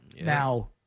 now